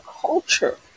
culture